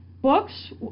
Books